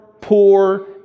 poor